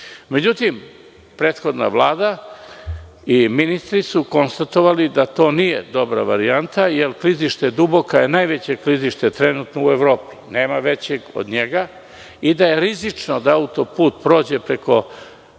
prethodna Vlada i ministri su konstatovali da to nije dobra varijanta, jer klizište Duboko je najveće klizište, trenutno, u Evropi, nema većeg od njega i da je rizično da autoput prođe preko